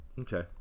Okay